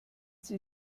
sie